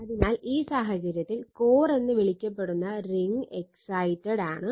അതിനാൽ ഈ സാഹചര്യത്തിൽ കോർ എന്ന് വിളിക്കപ്പെടുന്ന റിങ് എക്സൈറ്റെഡ് ആണ്